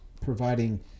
providing